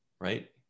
right